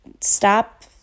stop